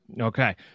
Okay